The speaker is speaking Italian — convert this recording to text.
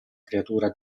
creatura